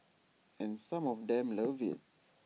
and some of them love IT